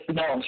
no